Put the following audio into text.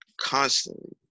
constantly